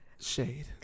Shade